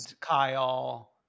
Kyle